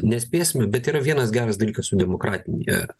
nespėsime bet yra vienas geras dalykas su demokratija